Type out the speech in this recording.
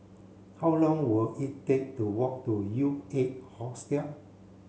how long were it take to walk to U eight Hostel